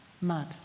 mad